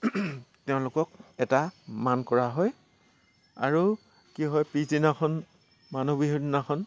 তেওঁলোকক এটা মান কৰা হয় আৰু কি হয় পিছদিনাখন মানুহ বিহু দিনাখন